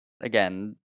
Again